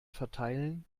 verteilen